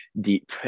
deep